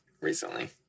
recently